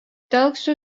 telkšo